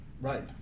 Right